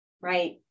right